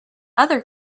other